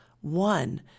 one